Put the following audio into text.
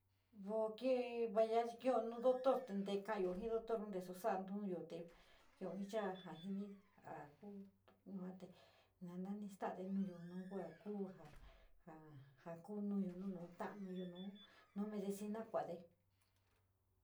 va ya chi kio no doctor te koyo jii doctor tese saar nuuyo te tiou spinou ja siní aku yua te joo nouri stade nuuyo nou kua kuu joi, jaa kuu nuyo nu nau ta´a nuyo nu medicina koude.